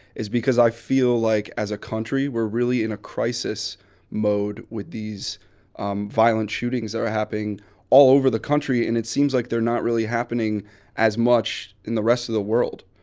is because i feel like as a country, we're really in a crisis mode with these violent shootings that are happening all over the country and it seems like they're not really happening as much in the rest of the world,